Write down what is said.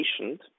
patient